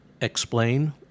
explain